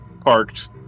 parked